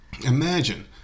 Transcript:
imagine